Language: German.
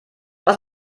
was